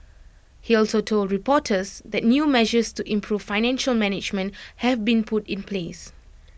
he also told reporters that new measures to improve financial management have been put in place